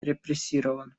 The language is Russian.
репрессирован